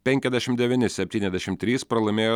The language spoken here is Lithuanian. penkiasdešimt devyni septyniasdešimt trys pralaimėjo